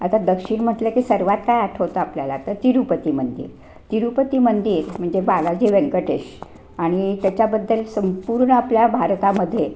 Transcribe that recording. आता दक्षिण म्हटलं की सर्वात काय आठवतं आपल्याला तं तिरुपती मंदिर तिरुपती मंदिर म्हणजे बालाजी व्यंकटेश आणि त्याच्याबद्दल संपूर्ण आपल्या भारतामध्ये